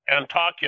Antakya